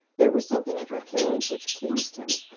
there was something in her carriage which pleased him.